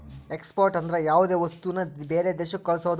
export ಅಂದ್ರ ಯಾವ್ದೇ ವಸ್ತುನ ಬೇರೆ ದೇಶಕ್ ಕಳ್ಸೋದು